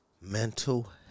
mental